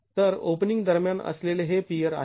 तर ओपनिंग दरम्यान असलेले हे पियर आहे